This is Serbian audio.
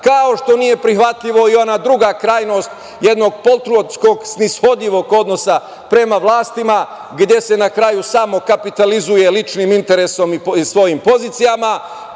kao što nije prihvatljiva i ona druga krajnost jednog poltronskog, snishodljivog odnosa prema vlastima, gde se na kraju samo kapitalizuje ličnim interesom i svojim pozicijama.